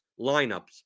lineups